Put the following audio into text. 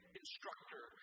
instructor